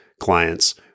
clients